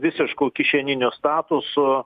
visišku kišeniniu statusu